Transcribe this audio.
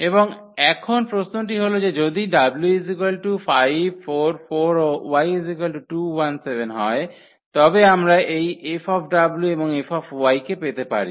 এবং এখন প্রশ্নটি হল যে যদি w 5 4 4 ও y 2 1 7 হয় তবে আমরা এই 𝐹 এবং 𝐹 কে পেতে পারি